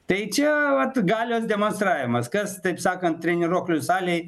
tai čia vat galios demonstravimas kas taip sakant treniruoklių salėj